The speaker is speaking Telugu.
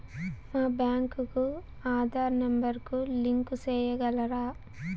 మా బ్యాంకు కు ఆధార్ నెంబర్ కు లింకు సేయగలరా?